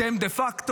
אתם דה פקטו,